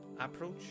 Approach